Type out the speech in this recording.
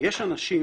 יש אנשים